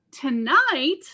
tonight